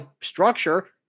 structure